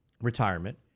retirement